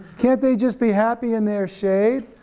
can't they just be happy in their shade?